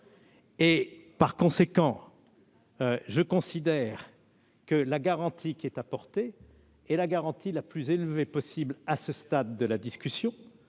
! Par conséquent, je considère que la garantie qui est apportée est la plus élevée possible, à ce stade de la discussion.